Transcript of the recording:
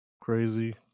crazy